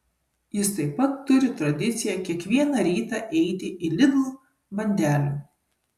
jis taip pat turi tradiciją kiekvieną rytą eiti į lidl bandelių